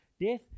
Death